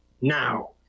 now